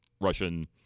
Russian